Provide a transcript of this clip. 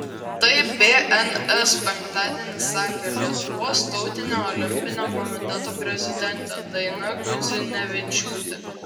tai bns penktadienį sakė lietuvos tautinio olimpinio komiteto prezidentė daina gudzinevičiūtė